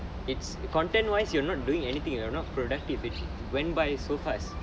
it's content wise you're not doing anything you know not productive it went by so fast